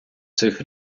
цих